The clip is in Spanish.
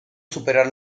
superar